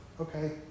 Okay